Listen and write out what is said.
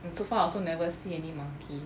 so far I also never see any monkey